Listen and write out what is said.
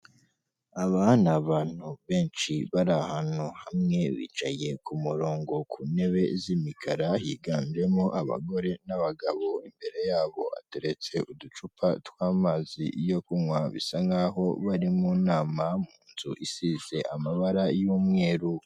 Aba ni abantu benshi bari ahantu hamwe, bicaye ku murongo ku ntebe z'imikara, higanjemo abagore n'abagabo, imbere yabo hateretse uducupa tw'amazi yo kunywa, bisa nk'aho bari mu nama, mu nzu isize amabara y'umweru.